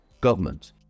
government